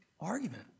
argument